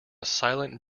silent